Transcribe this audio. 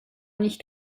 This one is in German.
nicht